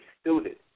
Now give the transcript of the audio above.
student